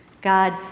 God